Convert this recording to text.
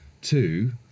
Two